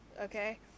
okay